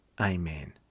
Amen